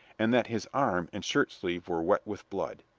and that his arm and shirt sleeve were wet with blood.